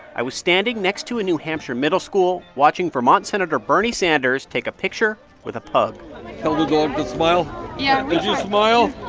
i was standing next to a new hampshire middle school watching vermont senator bernie sanders take a picture with a pug tell the dog to smile yeah, we. did you smile?